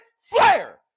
Flair